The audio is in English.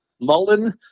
Mullen